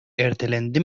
ertelendi